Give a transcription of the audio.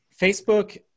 Facebook